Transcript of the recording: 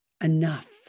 Enough